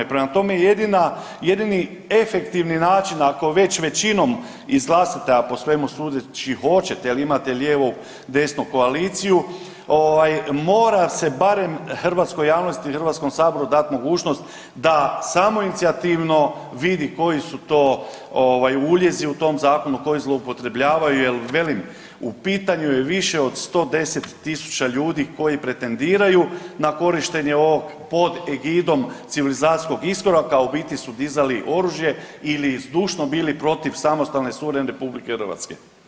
Prema tome, jedini efektivni način, ako već većinom izglasate, a po svemu sudeći hoćete jer imate lijevo-desnu koaliciju, ovaj, mora se barem hrvatskoj javnosti, HS-u dati mogućnost da samoinicijativno vidi koji su to uljezi u tom zakonu koji zloupotrebljavaju jer, velim, u pitanju je više od 110 tisuća ljudi koji pretendiraju na korištenje ovog pod egidom civilizacijskog iskoraka, a u biti su dizali oružje ili zdušno bili protiv samostalne, suverene RH.